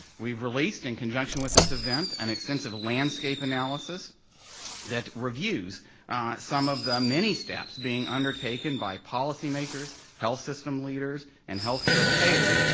we've released in conjunction with this event an extensive landscape analysis that reviews some of the many steps being undertaken by policy makers, health system leaders, and healthcare payers,